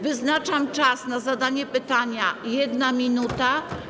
Wyznaczam czas na zadanie pytania - 1 minuta.